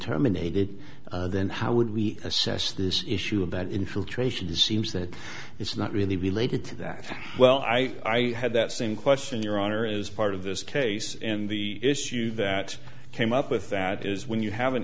terminated then how would we assess this issue of that infiltration it seems that it's not really related to that well i had that same question your honor as part of this case and the issue that came up with that is when you have an